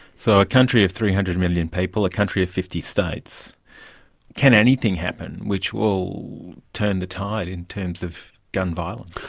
so a country of three hundred million people, a country of fifty states can anything happen which will turn the tide in terms of gun violence?